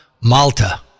Malta